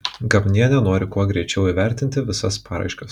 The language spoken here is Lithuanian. gabnienė nori kuo greičiau įvertinti visas paraiškas